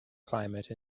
climate